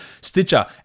Stitcher